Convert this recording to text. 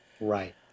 Right